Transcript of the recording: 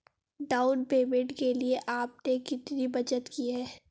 Down payment के लिए आपने कितनी बचत की है?